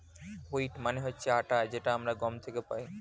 wheat মানে হচ্ছে আটা যেটা আমরা গম থেকে পাই